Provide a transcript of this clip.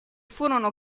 furono